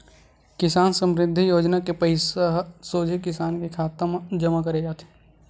किसान समरिद्धि योजना के पइसा ह सोझे किसान के खाता म जमा करे जाथे